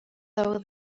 though